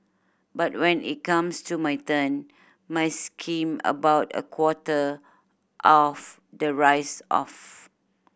but when it comes to my turn my skim about a quarter of the rice off